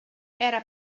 era